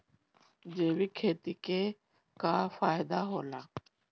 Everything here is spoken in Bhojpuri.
जैविक खेती क का फायदा होला?